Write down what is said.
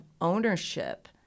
ownership